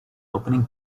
opening